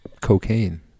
cocaine